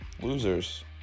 losers